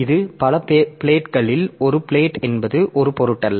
இது பல பிளேட்களில் ஒரு பிளேட் என்பது ஒரு பொருட்டல்ல